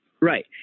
Right